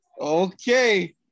Okay